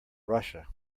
russia